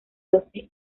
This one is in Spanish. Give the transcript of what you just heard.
doce